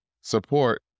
support